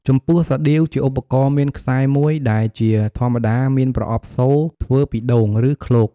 ចំពោះសាដៀវ ជាឧបករណ៍មានខ្សែមួយ ដែលជាធម្មតាមានប្រអប់សូរធ្វើពីដូង ឬឃ្លោក។